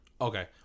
Okay